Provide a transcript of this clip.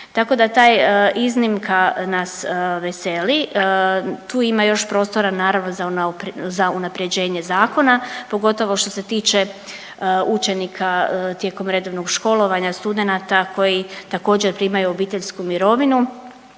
Tako da ta iznimka nas veseli, tu ima još prostora naravno za unaprjeđenje zakona pogotovo što se tiče učenika tijekom redovnog školovanja, studenata koji također primaju obiteljsku mirovinu,